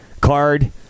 card